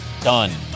Done